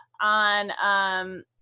on